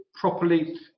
properly